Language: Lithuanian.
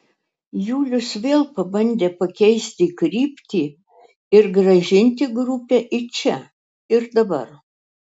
julius vėl pabandė pakeisti kryptį ir grąžinti grupę į čia ir dabar